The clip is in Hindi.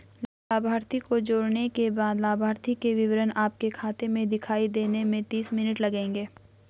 लाभार्थी को जोड़ने के बाद लाभार्थी के विवरण आपके खाते में दिखाई देने में तीस मिनट लगेंगे